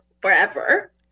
forever